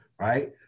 right